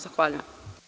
Zahvaljujem.